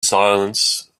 silence